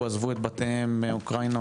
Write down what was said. עזבו את בתיהם מאוקרינה,